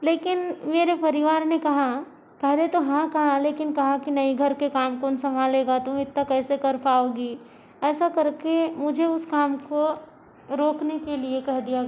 लेकिन मेरे परिवार ने कहा पहले हाँ कहा लेकिन कहा कि नहीं घर के काम कौन संभालेगा तुम इतना कैसे कर पाओगी ऐसा करके मुझे उस काम को रोकने के लिये कह दिया गया